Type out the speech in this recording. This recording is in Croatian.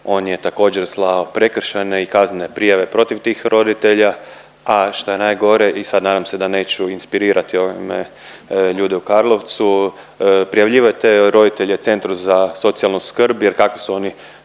on je također slao prekršajne i kaznene prijave protiv tih roditelja. A šta je najgore i sad nadam se da neću inspirirati ovime ljude u Karlovcu, prijavljivao roditelje centru za socijalnu skrb jer kakvi su oni